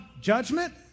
judgment